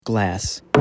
glass